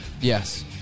Yes